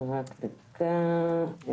רק דקה.